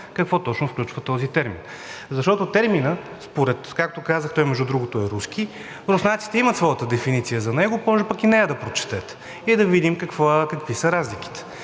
какво точно включва този термин. Терминът, както казах, той между другото е руски, руснаците имат своята дефиниция за него, може пък и нея да прочетете и да видим какви са разликите.